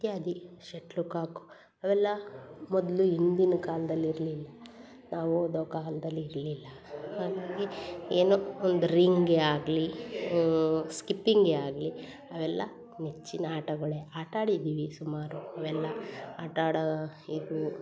ಇತ್ಯಾದಿ shuttlecock ಅವೆಲ್ಲ ಮೊದಲು ಹಿಂದಿನ್ ಕಾಲ್ದಲ್ಲಿ ಇರ್ಲಿಲ್ಲ ನಾವು ಓದೋ ಕಾಲ್ದಲ್ಲಿ ಇರಲಿಲ್ಲ ಹಾಗಾಗಿ ಏನೋ ಒಂದು ರಿಂಗೇ ಆಗಲಿ ಸ್ಕಿಪ್ಪಿಂಗೇ ಆಗಲಿ ಅವೆಲ್ಲ ನೆಚ್ಚಿನ ಆಟಗಳೇ ಆಟ ಆಡಿದ್ದೀವಿ ಸುಮಾರು ಅವೆಲ್ಲ ಆಟ ಆಡೋ ಇದು